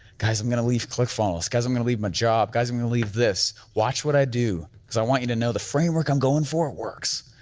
guys, i'm gonna leave clickfunnels, guys i'm gonna leave my job, guys i'm gonna leave this, watch what i do cause i want you to know the framework i'm going for it works,